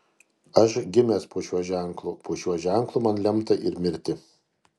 aš gimęs po šiuo ženklu po šiuo ženklu man lemta ir mirti